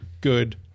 good